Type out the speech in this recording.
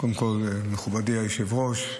מכובדי היושב-ראש,